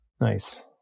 Nice